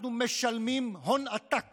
אנחנו משלמים הון עתק